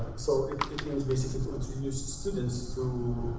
so it aims basically to use students to